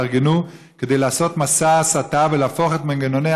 הן התארגנו כדי לעשות מסע הסתה ולהפוך את מנגנוני